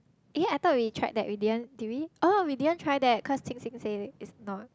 yea I thought we tried that we didn't did we oh we didn't tried that cause Qing-Qing said that is not